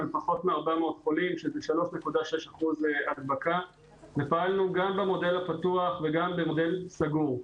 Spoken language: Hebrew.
על פחות מ-400 חולים שזה 3.6%. פעלנו גם במודל הפתוח וגם במודל סגור.